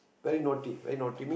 very naughty very naughty me